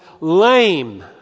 lame